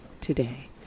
today